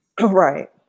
Right